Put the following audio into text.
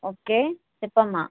okay చెప్పమ్మ